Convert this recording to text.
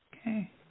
Okay